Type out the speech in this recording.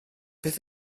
beth